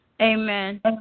Amen